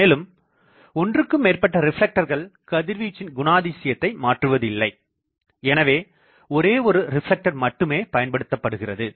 மேலும் ஒன்றுக்கு மேற்பட்ட ரிப்ளெக்டர்கள் கதிர்வீச்சின் குணாதிசயத்தை மாற்றுவதில்லை எனவே ஒரே ஒரு ரிப்ளெக்டர் மட்டுமே பயன்படுத்தப்படுகிறது